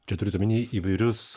čia turit omeny įvairius